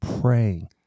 praying